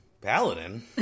Paladin